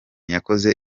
yakoze